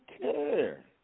care